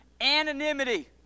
anonymity